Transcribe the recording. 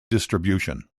distribution